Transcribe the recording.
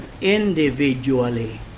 individually